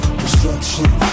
destruction